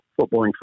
footballing